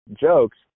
jokes